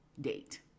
date